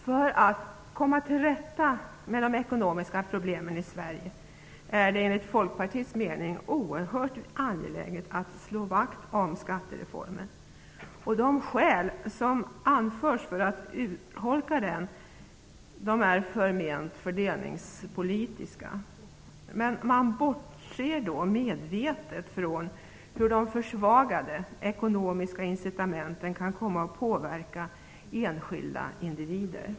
För att komma till rätta med de ekonomiska problemen i Sverige är det enligt Folkpartiets mening oerhört angeläget att slå vakt om skattereformen. De skäl som anförs för att urholka denna är förment fördelningspolitiska. Man bortser då medvetet från hur de försvagade ekonomiska incitamenten kan komma att påverka enskilda individer.